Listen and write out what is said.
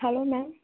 hello ma'am